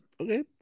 Okay